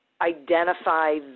identify